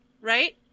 Right